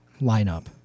lineup